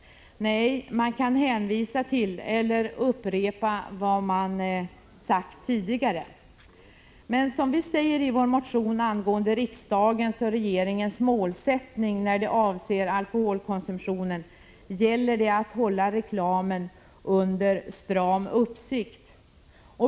Nej, man kan hänvisa till eller upprepa vad man tidigare har sagt. Men, som vi säger i vår motion angående riksdagens och regeringens målsättning vad avser alkoholkonsumtionen: det gäller att hålla reklamen under stram uppsikt.